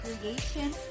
creation